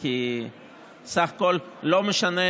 כי בסך הכול לא משנה